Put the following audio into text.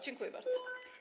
Dziękuję bardzo.